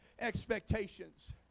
expectations